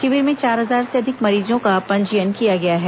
शिविर में चार हजार से अधिक मरीजों का पंजीयन किया गया है